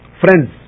Friends